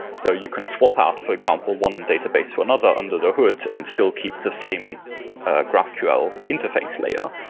so you can swap out, for example, one database to another under the hood and still keep the same graphql interface layer.